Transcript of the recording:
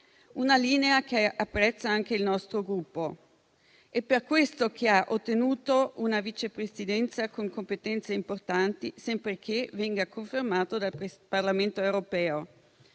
una linea che apprezza anche il nostro Gruppo. È per questo che ha ottenuto una Vice Presidenza con competenze importanti, sempre che venga confermata dal Parlamento europeo.